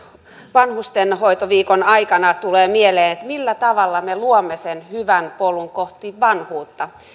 vanhustenhoitoviikon aikana tulee mieleen että millä tavalla me luomme sen hyvän polun kohti vanhuutta